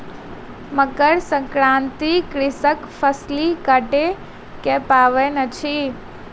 मकर संक्रांति कृषकक फसिल कटै के पाबैन अछि